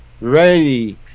ready